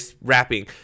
rapping